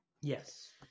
Yes